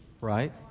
Right